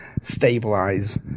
stabilize